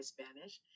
Spanish